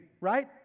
Right